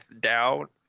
doubt